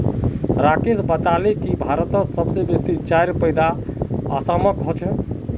राकेश बताले की भारतत सबस बेसी चाईर पैदा असामत ह छेक